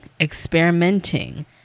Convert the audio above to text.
experimenting